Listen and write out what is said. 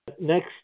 Next